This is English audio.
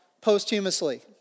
posthumously